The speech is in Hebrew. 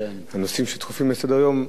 הנושאים שהם דחופים בסדר-היום,